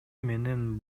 менен